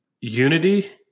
unity